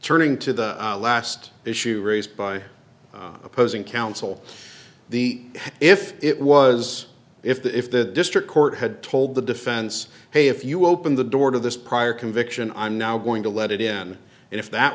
turning to the last issue raised by opposing counsel the if it was if the if the district court had told the defense hey if you open the door to this prior conviction i'm now going to let it in and if that